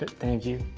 thank you.